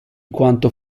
quanto